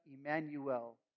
Emmanuel